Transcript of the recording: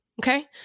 okay